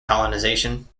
colonization